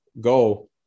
go